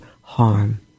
harm